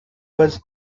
was